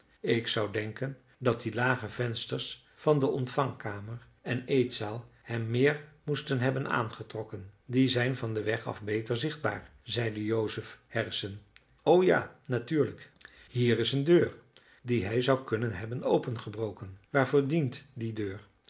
ik zou denken dat die lage vensters van de ontvangkamer en eetzaal hem meer moesten hebben aangetrokken die zijn van den weg af beter zichtbaar zeide joseph harrison o ja natuurlijk hier is een deur die hij zou kunnen hebben opengebroken waarvoor dient die deur